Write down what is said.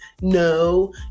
No